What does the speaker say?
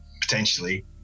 potentially